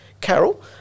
Carol